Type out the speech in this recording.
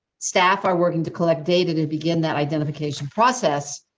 staff are working to collect data to begin that identification process.